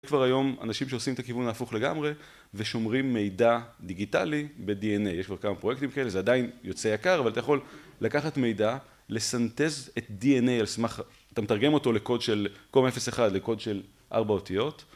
כבר היום אנשים שעושים את הכיוון ההפוך לגמרי ושומרים מידע דיגיטלי ב-DNA. יש כבר כמה פרויקטים כאלה, זה עדיין יוצא יקר, אבל אתה יכול לקחת מידע, לסנטז את DNA, אתה מתרגם אותו מקוד של קוד 0-1, לקוד של 4 אותיות.